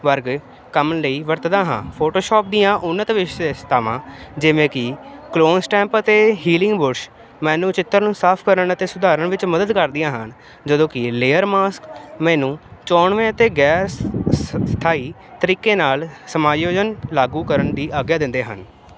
ਵਰਗੇ ਕੰਮਾਂ ਲਈ ਵਰਤਦਾ ਹਾਂ ਫੋਟੋਸ਼ੋਪ ਦੀਆਂ ਉੱਨਤ ਵਿਸ਼ੇਸ਼ਤਾਵਾਂ ਜਿਵੇਂ ਕਿ ਕਲੋਨ ਸਟੈਂਪ ਅਤੇ ਹੀਲਿੰਗ ਬੁਰਸ਼ ਮੈਨੂੰ ਚਿੱਤਰ ਨੂੰ ਸਾਫ ਕਰਨ ਅਤੇ ਸੁਧਾਰਨ ਵਿੱਚ ਮਦਦ ਕਰਦੀਆਂ ਹਨ ਜਦੋਂ ਕਿ ਲੇਅਰ ਮਾਸਕ ਮੈਨੂੰ ਚੋਣਵੇਂ ਅਤੇ ਗੈਰ ਸ ਸਥਾਈ ਤਰੀਕੇ ਨਾਲ ਸਮਾਯੋਜਨ ਲਾਗੂ ਕਰਨ ਦੀ ਆਗਿਆ ਦਿੰਦੇ ਹਨ